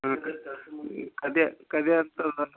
ಹಾಂ ಅದೇ